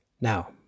Now